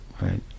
right